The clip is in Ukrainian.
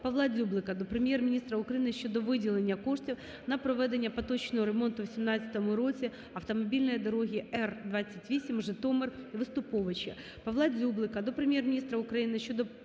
Павла Дзюблика до Прем'єр-міністра України щодо виділення коштів на проведення поточного ремонту у 2017 році автомобільної дороги Р-28 "Житомир - Виступовичі".